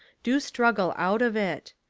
do struggle out of it.